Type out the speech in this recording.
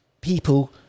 people